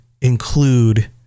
include